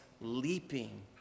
leaping